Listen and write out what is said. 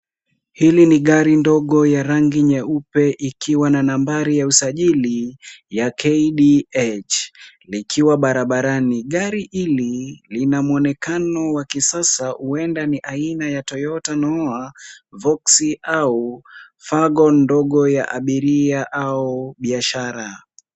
Hili ni gari ndogo ya rangi nyeupe, ikiwa na nambari ya usajili ya KDH, likiwa barabarani. Gari hili lina mwonekano wa kisasa, huenda ni aina ya Toyota Noah, Voxy au Fagon ndogo ya abiria au biashara.